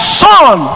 son